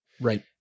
Right